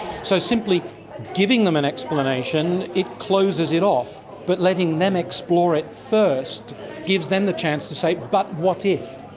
so simply giving them an explanation, it closes it off. but letting them explore it first gives them the chance to say but what if,